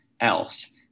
else